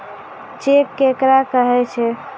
Cheque केकरा कहै छै?